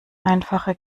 einfache